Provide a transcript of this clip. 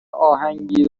اهنگی